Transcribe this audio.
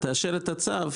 תאשר את הצו